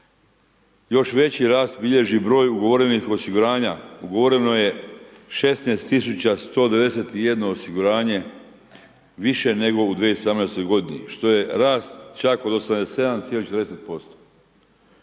Još veći rast bilježi broj ugovorenih osiguranja. Ugovoreno je 16191 osiguranje više nego u 2017. godini, što je rast čak od 87,40%.